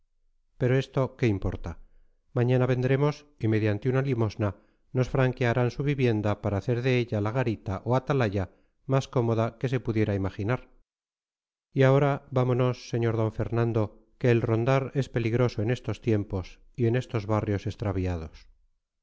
pero esto qué importa mañana vendremos y mediante una limosna nos franquearán su vivienda para hacer de ella la garita o atalaya más cómoda que se pudiera imaginar y ahora vámonos sr d fernando que el rondar es peligroso en estos tiempos y en estos barrios extraviados